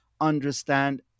understand